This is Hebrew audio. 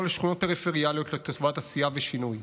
לשכונות פריפריאליות לטובת עשייה ושינוי,